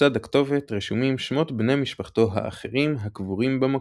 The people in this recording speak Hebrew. לצד הכתובת רשומים שמות בני משפחתו האחרים הקבורים במקום.